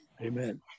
amen